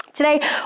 Today